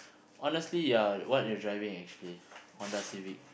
honestly ah what you driving actually Honda-Civic